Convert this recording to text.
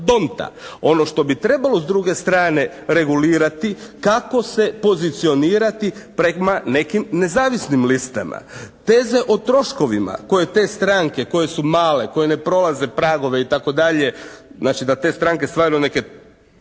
Ono što bi trebalo s druge strane regulirati, kako se pozicionirati prema nekim nezavisnim listama? Veze o troškovima koje te stranke koje su male, koje ne prolaze pragove i tako dalje, znači da te stranke stvarno neke,